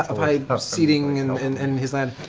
of high-seating in in and and his land,